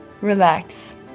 relax